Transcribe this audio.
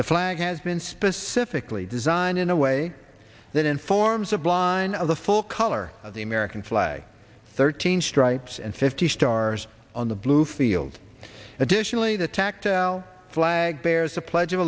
the flag has been specifically designed in a way that informs a blind of the full color of the american flag thirteen stripes and fifty stars on the blue field additionally the tactile flag bearers the pledge of